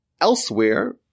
elsewhere